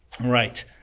right